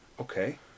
Okay